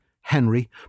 Henry